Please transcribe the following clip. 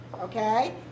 okay